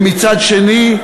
ומצד שני,